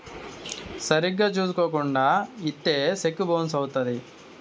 సరిగ్గా చూసుకోకుండా ఇత్తే సెక్కు బౌన్స్ అవుత్తది